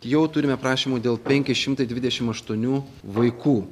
jau turime prašymų dėl penki šimtai dvidešim aštuonių vaikų